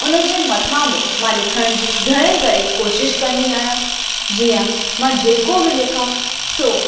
उनजे मथां ब मां लिखण जी घणी करे कोशिश कंदी आहियां जीअं मां जेको बि लिखां सो